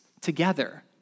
together